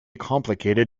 complicated